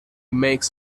makes